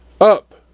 up